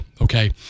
okay